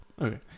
Okay